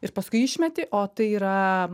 ir paskui išmeti o tai yra